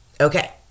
Okay